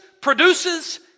produces